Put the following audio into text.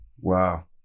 Wow